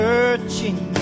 Searching